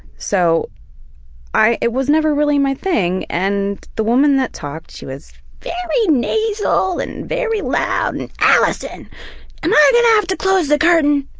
so it was never really my thing, and the woman that taught, she was very nasal and very loud, and alison! am i gonna have to close the curtain?